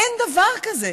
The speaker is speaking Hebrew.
אין דבר כזה.